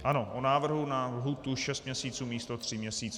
Ano, o návrhu na lhůtu šest měsíců místo tří měsíce.